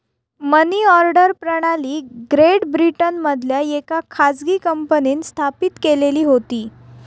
मनी order प्रणाली great ब्रिटनमधल्या येका खाजगी कंपनींन स्थापित केलेली होती